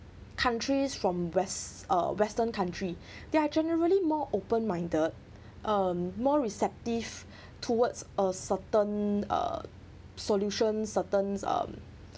countries from west uh western country they're generally more open minded um more receptive towards a certain uh solution certain um